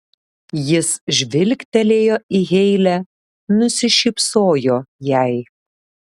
jis žvilgtelėjo į heile nusišypsojo jai